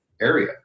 area